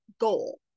goal